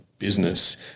business